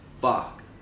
fuck